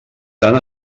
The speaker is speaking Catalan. tant